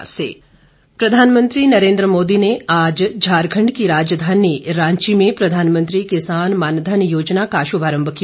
मानधन योजना प्रधानमंत्री नरेन्द्र मोदी ने आज झारखंड की राजधानी रांची में प्रधानमंत्री किसान मानधन योजना का शुभारम्भ किया